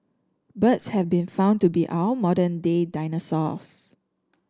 birds have been found to be our modern day dinosaurs